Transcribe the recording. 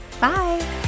Bye